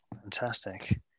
Fantastic